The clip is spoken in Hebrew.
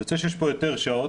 יוצא שיש פה יותר שעות,